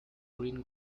green